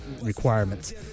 requirements